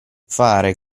fare